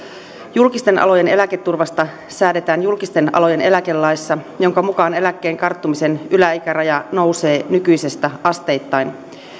julkisten alojen eläketurvasta säädetään julkisten alojen eläkelaissa jonka mukaan eläkkeen karttumisen yläikäraja nousee nykyisestä asteittain